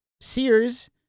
Sears